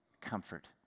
comfort